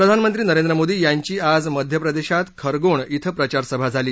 प्रधानमंत्री नरेंद्र मोदी यांची आज मध्य प्रदेशात खरगोण क्रं प्रचारसभा झाली